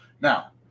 Now